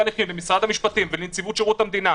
הליכים במשרד המשפטים ובנציבות שירות המדינה,